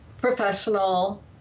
professional